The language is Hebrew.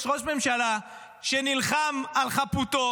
יש ראש ממשלה שנלחם על חפותו